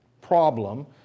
problem